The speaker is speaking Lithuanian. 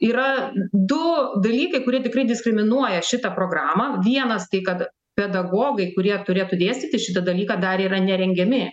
yra du dalykai kurie tikrai diskriminuoja šitą programą vienas tai kad pedagogai kurie turėtų dėstyti šitą dalyką dar yra nerengiami